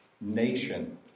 nation